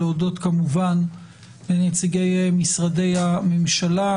להודות כמובן לנציגי משרדי הממשלה,